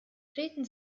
treten